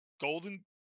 golden